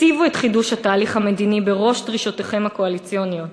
הציבו את חידוש התהליך המדיני בראש דרישותיכם הקואליציוניות.